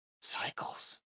cycles